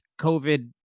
COVID